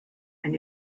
and